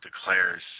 declares